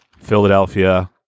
Philadelphia